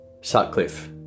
Sutcliffe